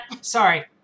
Sorry